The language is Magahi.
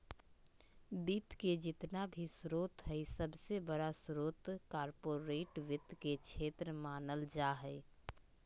वित्त के जेतना भी स्रोत हय सबसे बडा स्रोत कार्पोरेट वित्त के क्षेत्र मानल जा हय